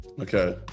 Okay